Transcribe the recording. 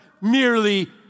merely